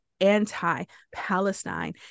anti-Palestine